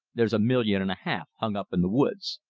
there's a million and a half hung up in the woods.